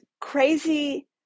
crazy